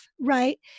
right